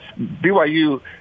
BYU